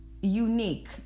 unique